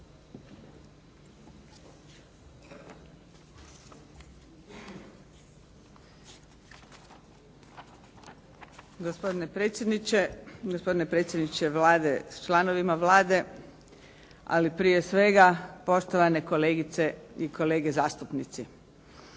Gospodine predsjedniče, gospodine predsjedniče Vlade s članovima Vlade ali prije svega poštovane kolegice i kolega zastupnici.